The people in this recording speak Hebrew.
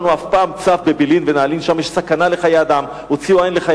אם לא הכנסת היא שצריכה לחוקק את החוק, מי